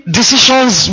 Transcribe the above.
decisions